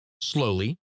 slowly